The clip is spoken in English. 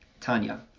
Tanya